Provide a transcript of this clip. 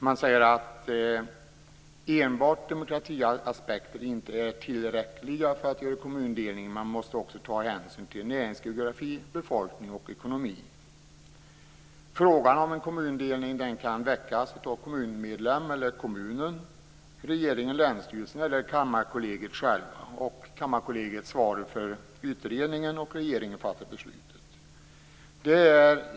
Det sägs att enbart demokratiaspekter inte är tillräckligt för att göra en kommundelning. Hänsyn måste också tas till näringsgeografiska förhållanden, befolkning och ekonomi. Frågan om kommundelning kan väckas av en kommunmedlem eller av kommunen, av regeringen, av länsstyrelsen eller av Kammarkollegiet. Kammarkollegiet svarar för utredningen och regeringen fattar beslut.